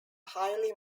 highly